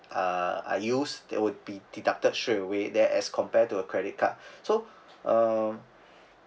uh I use they would be deducted straight away there as to compared to a credit card so uh